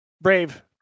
Brave